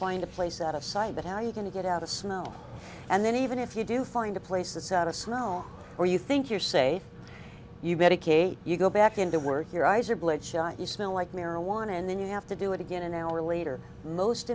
find a place out of sight but how are you going to get out of snow and then even if you do find a place that's out of snow or you think you're say you medicate you go back into work your eyes are blood shot you smell like marijuana and then you have to do it again an hour later most